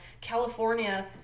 california